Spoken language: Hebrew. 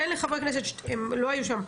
תן לחברי הכנסת שלא היו שם.